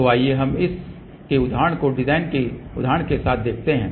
तो आइए हम इस के उदाहरण को डिजाइन के उदाहरण के साथ देखते हैं